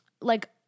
like-